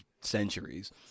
centuries